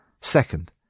Second